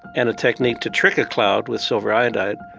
and a technique to trick a cloud with silver iodide,